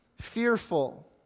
fearful